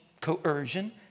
coercion